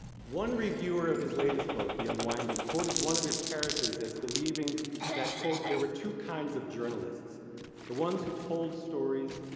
one reviewer of his latest book, the unwinding, quoted one of his characters as believing that quote, there were two kinds of journalists the ones who told stories,